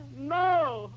No